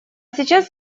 сейчас